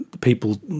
people